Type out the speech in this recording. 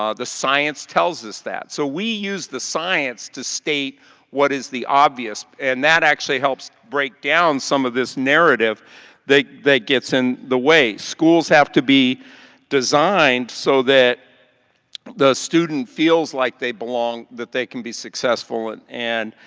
um the science tells us that. so we use the science to state what is the obvious. and that actually helps breaks down some of the narrative that gets in the way. schools have to be designed so that the student feels like they belong. that they can be successful and, and